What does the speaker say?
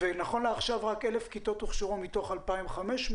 נכון לעכשיו רק 1,000 כיתות הוכשרו מתוך 2,500,